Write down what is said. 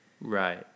Right